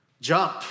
jump